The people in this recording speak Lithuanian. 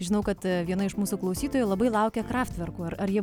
žinau kad viena iš mūsų klausytojų labai laukė kraftverkų ar ar jie